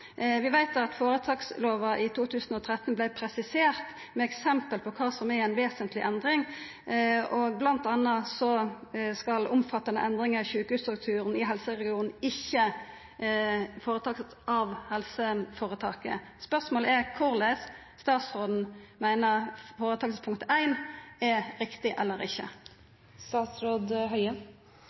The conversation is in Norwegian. Vi veit at føretakslova i 2013 vart presisert med eksempel på kva som er ei vesentleg endring. Blant anna skal omfattande endringar i sjukehusstrukturen i helseregionen ikkje gjerast av helseføretaket. Spørsmålet er om statsråden meiner punkt 1 i styrevedtaket er riktig eller ikkje.